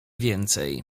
więcej